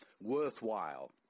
worthwhile